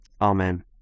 Amen